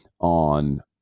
on